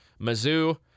Mizzou